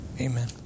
Amen